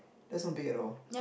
that's not big at all